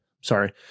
sorry